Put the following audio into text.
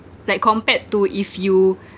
like compared to if you